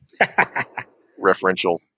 referential